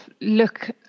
look